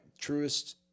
truest